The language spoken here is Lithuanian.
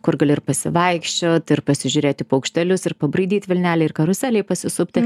kur gali ir pasivaikščiot ir pasižiūrėt į paukštelius ir pabraidyti vilnelėj ir karuselėj pasisupti